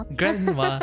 grandma